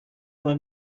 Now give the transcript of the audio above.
were